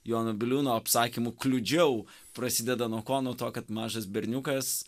jono biliūno apsakymų kliudžiau prasideda nuo ko nuo to kad mažas berniukas